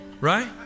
Right